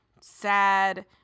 sad